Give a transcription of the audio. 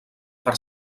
per